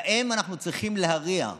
להם אנחנו צריכים להריע,